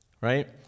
right